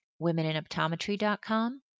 womeninoptometry.com